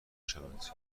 شوند